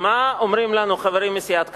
מה אומרים לנו חברים מסיעת קדימה?